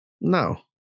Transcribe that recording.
No